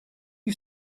you